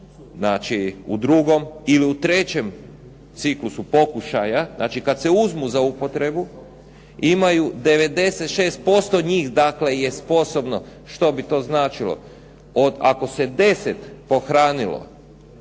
u drugom ili u trećem ciklusu pokušaja, znači kada se uzmu za upotrebu imaju 96% njih je sposobno, što bi značilo ako ih se 10 pohranilo